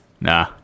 Nah